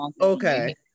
okay